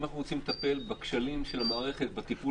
אם אנחנו רוצים לטפל בכשלים של המערכת בטיפול בחוק,